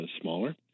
smaller